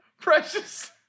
Precious